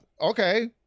Okay